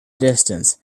distance